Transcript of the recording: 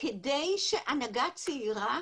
כדי שהנהגה צעירה